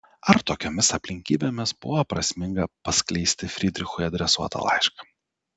ar tokiomis aplinkybėmis buvo prasminga paskleisti frydrichui adresuotą laišką